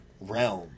realm